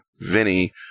Vinny